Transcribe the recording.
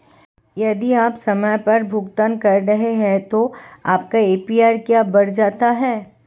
यदि आप समय पर भुगतान कर रहे हैं तो आपका ए.पी.आर क्यों बढ़ जाता है?